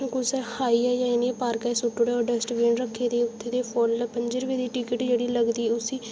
कुसै खाइइयै नेईं पार्का च सु'ट्टी ओड़ो डस्टबीन रक्खी दी उत्थै फुल पं'जी रपे दी टिकट जेह्ड़ी लगदी ऐ उसी